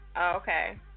okay